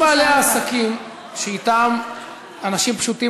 רוב בעלי העסקים שאתם אנשים פשוטים